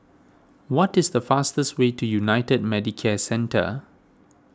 what is the fastest way to United Medicare Centre